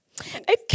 Okay